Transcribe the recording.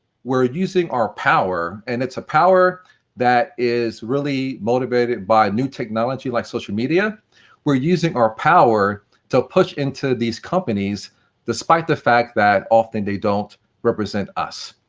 we're using our power, and it's a power that is really motivated by new technology like social media we're using our power to push into these companies the despite the fact that often they don't represent us.